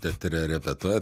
teatre repetuojat